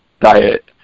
Diet